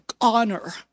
honor